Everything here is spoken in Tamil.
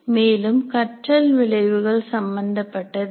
மேலும் கற்றல் விளைவுகள் சம்மந்தப் பட்டதில்லை